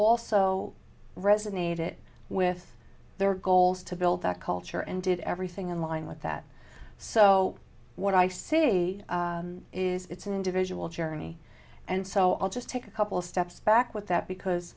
also resonated with their goals to build that culture and did everything in line with that so what i say is it's an individual journey and so i'll just take a couple of steps back with that because